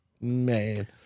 Man